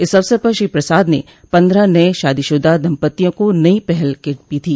इस अवसर पर श्री प्रसाद ने पन्द्रह नये शादीशुदा दम्पत्तियों को नई पहल किट भी दी